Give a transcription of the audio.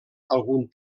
algun